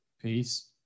Peace